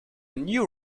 new